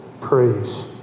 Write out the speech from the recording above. praise